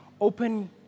Open